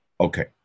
Okay